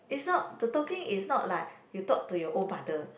is not the talking is not like you talk to your own father